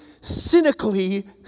cynically